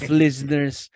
listeners